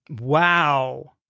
Wow